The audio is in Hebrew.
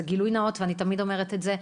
זה גילוי נאות ואני תמיד אומרת את זה,